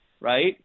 right